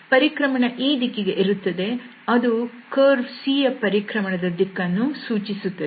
ಪರಿಕ್ರಮಣ ಈ ದಿಕ್ಕಿಗೆ ಇರುತ್ತದೆ ಅದು ಕರ್ವ್ C ಯ ಪರಿಕ್ರಮಣದ ದಿಕ್ಕನ್ನು ಸೂಚಿಸುತ್ತದೆ